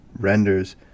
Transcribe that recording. renders